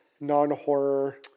non-horror